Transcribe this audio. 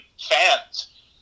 fans